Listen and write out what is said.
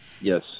yes